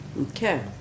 Okay